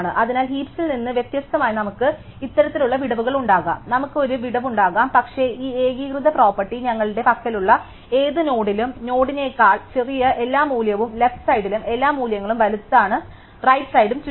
അതിനാൽ ഹീപ്സിൽ നിന്ന് വ്യത്യസ്തമായി നമുക്ക് ഇത്തരത്തിലുള്ള വിടവുകൾ ഉണ്ടാകാം നമുക്ക് ഒരു വിടവ് ഉണ്ടാകാം പക്ഷേ ഈ ഏകീകൃത പ്രോപ്പർട്ടി ഞങ്ങളുടെ പക്കലുള്ള ഏത് നോഡിലും നോഡിനേക്കാൾ ചെറിയ എല്ലാ മൂല്യവും ലെഫ്റ് സൈഡിലും എല്ലാ മൂല്യങ്ങളും വലുതാണ് റൈറ്റ് സൈഡ് ചുറ്റും